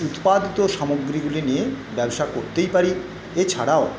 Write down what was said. উৎপাদিত সামগ্রীগুলি নিয়ে ব্যবসা করতেই পারি এছাড়াও